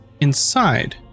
inside